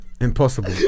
Impossible